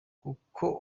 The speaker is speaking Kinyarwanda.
kuko